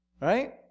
right